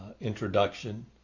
introduction